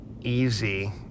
easy